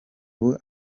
ubu